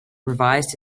revised